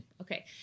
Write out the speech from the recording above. Okay